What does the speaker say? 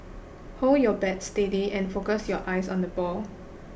hold your bat steady and focus your eyes on the ball